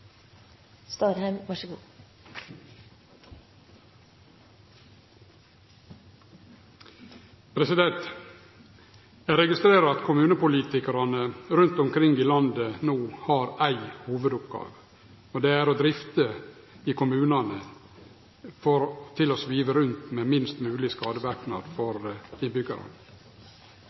Eg registrerer at kommunepolitikarane rundt omkring i landet no har éi hovudoppgåve, og det er å få drifta i kommunane til å svive rundt med minst mogleg skadeverknad for